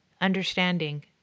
understanding